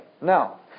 now